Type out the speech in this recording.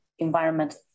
environment